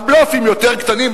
הבלופים יותר קטנים,